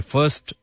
First